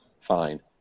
Fine